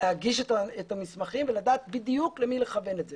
להגיש את המסמכים ולדעת בדיוק למי לכוון את זה.